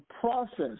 process